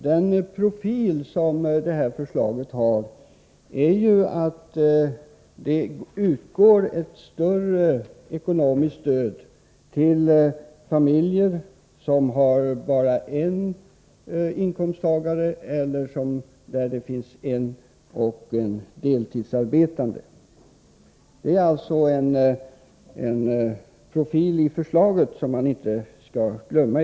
Herr talman! Det här förslagets profil visar, att det skall utgå ett större ekonomiskt stöd till familjer där det finns bara en inkomsttagare eller där en av parterna är deltidsarbetande. Detta är en profil i förslaget som man inte skall glömma.